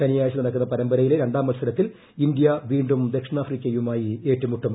ശനിയാഴ്ച നടക്കുന്ന പരമ്പരയിലെ രണ്ടാം മത്സരത്തിൽ ഇന്ത്യ വീണ്ടും ദക്ഷിണാഫ്രിക്കയുമായി ഏറ്റുമുട്ടും